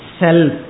self